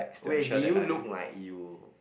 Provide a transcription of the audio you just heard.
wait did you look like you